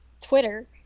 Twitter